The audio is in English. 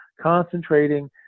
concentrating